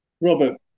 Robert